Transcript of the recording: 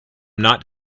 not